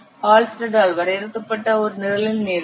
ஹால்ஸ்டெட்டால் வரையறுக்கப்பட்ட ஒரு நிரலின் நீளம்